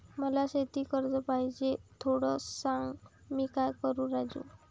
मला शेती कर्ज पाहिजे, थोडं सांग, मी काय करू राजू?